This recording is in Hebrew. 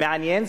מעניין,